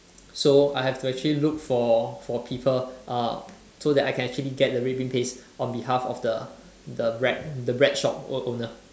so I have to actually look for for people uh so that I can actually get the red bean paste on behalf of the the bread the bread shop o~ owner